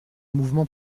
mouvement